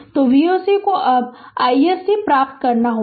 तो V o c को अब iSC प्राप्त करना होगा